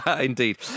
Indeed